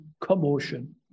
commotion